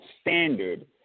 standard